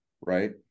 right